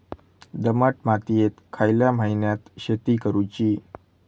दमट मातयेत खयल्या महिन्यात शेती करुची?